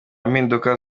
mpinduka